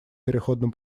переходном